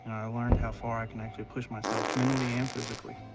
i learned how far i can actually push myself mentally and physically.